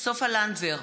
סופה לנדבר,